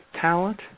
talent